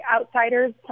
outsiders